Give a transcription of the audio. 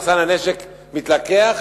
מחסן הנשק מתלקח,